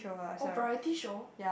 oh variety show